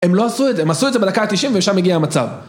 הם לא עשו את זה, הם עשו את זה בדקה ה-90 ולשם הגיע המצב.